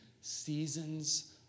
seasons